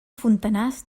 fontanars